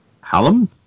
Hallam